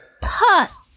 Puff